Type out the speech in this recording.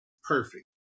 perfect